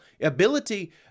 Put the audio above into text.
ability